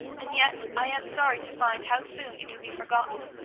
and yet i am sorry to find how soon it can be forgotten.